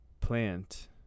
plant